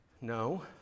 no